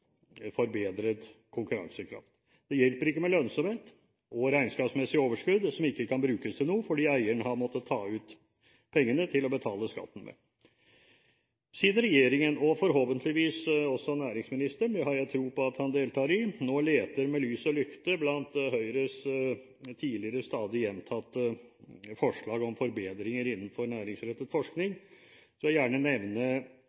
forbedret konkurransekraft. Det hjelper ikke med lønnsomhet og regnskapsmessig overskudd hvis pengene ikke kan brukes til noe – på grunn av at eieren har måttet ta ut pengene for å betale skatten. Siden regjeringen – og forhåpentligvis også næringsministeren, det har jeg tro på at han deltar i – nå leter med lys og lykte blant Høyres tidligere stadig gjentatte forslag til forbedringer innenfor næringsrettet forskning, vil jeg gjerne nevne